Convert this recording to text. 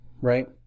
right